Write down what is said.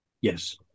Yes